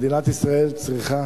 שמדינת ישראל צריכה